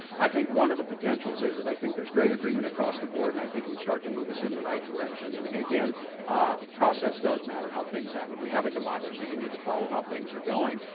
i think one of the potentials is that i think there's great agreement across the board, and i think it would start to move us in the right direction. and again, ah process does matter. how things happen. we have a democracy, you need to follow how things are going.